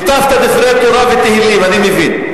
הטפת דברי תורה ותהילים, אני מבין.